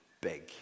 big